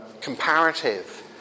comparative